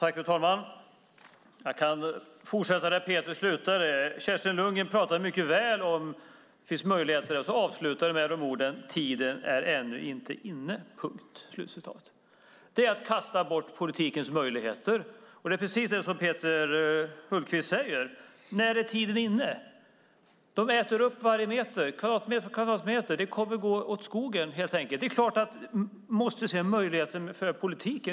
Fru talman! Jag kan fortsätta där Peter Hultqvist slutade. Kerstin Lundgren pratade mycket väl om att det finns möjligheter, men avslutade med att säga att tiden ännu inte är inne. Det är att kasta bort politikens möjligheter, och det är precis det som Peter Hultqvist säger. När är tiden inne? De äter upp kvadratmeter för kvadratmeter. Det kommer helt enkelt att gå åt skogen. Man måste se möjligheten för politiken.